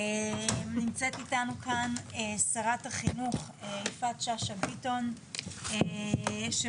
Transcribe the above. נמצאת איתנו כאן שרת החינוך יפעת שאשא ביטון שבאה